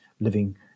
living